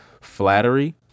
flattery